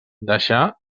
deixà